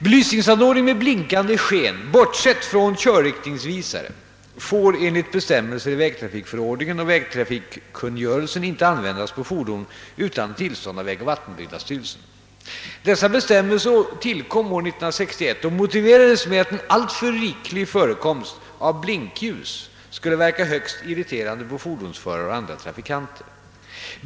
Belysningsanordning med blinkande sken, bortsett från körriktningsvisare, får enligt bestämmelser i vägtrafikförordningen och vägtrafikkungörelsen inte användas på fordon utan tillstånd av vägoch vattenbyggnadsstyrelsen. Dessa bestämmelser tillkom år 1961 och motiverades med att en alltför riklig förekomst av blinkljus skulle verka högst irriterande på fordonsförare och andra trafikanter.